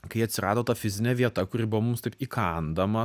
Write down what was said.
kai atsirado ta fizinė vieta kuri buvo mums taip įkandama